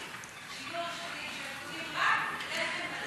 ממשלתיים יתחילו, ושידעו שהם קונים רק לחם מלא.